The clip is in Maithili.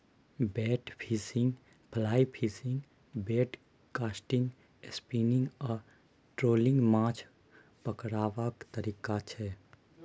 bait fishing, fly fishing, bait casting, spinning आ ट्रोलिंग माछ पकरबाक तरीका छै